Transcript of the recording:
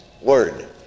word